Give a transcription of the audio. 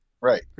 right